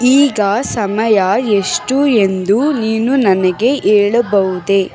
ಈಗ ಸಮಯ ಎಷ್ಟು ಎಂದು ನೀನು ನನಗೆ ಹೇಳಬಹುದೇ